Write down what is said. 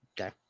Okay